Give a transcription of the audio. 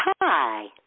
Hi